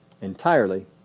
Entirely